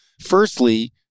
Firstly